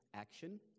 Action